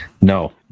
No